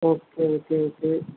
okay okay okay